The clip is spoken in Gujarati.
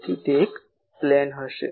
તેથી તે એક પ્લેન હશે